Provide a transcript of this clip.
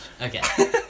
Okay